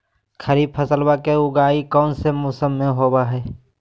खरीफ फसलवा के उगाई कौन से मौसमा मे होवय है?